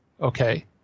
okay